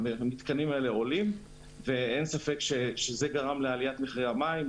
הם עולים כסף וזה גרם לעליית מחירי המים.